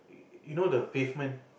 you know the pavement